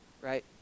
Right